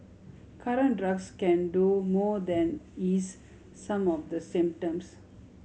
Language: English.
current drugs can do no more than ease some of the symptoms